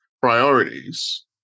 priorities